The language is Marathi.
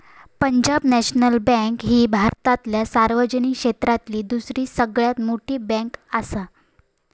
पंजाब नॅशनल बँक ही भारतातल्या सार्वजनिक क्षेत्रातली दुसरी सगळ्यात मोठी बँकआसा